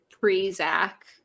pre-Zach